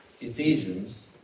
Ephesians